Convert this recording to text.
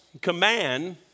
command